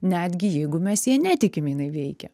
netgi jeigu mes ja netikim jinai veikia